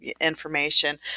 information